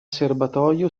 serbatoio